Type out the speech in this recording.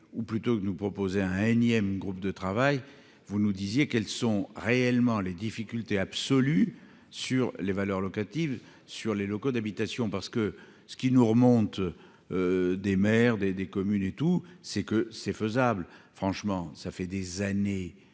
ou plutôt que nous proposer un énième groupe de travail, vous nous disiez quelles sont réellement les difficultés absolu sur les valeurs locatives sur les locaux d'habitation parce que ce qui nous remonte des maires des des communes et tout, c'est que c'est faisable, franchement, ça fait des années